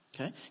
Okay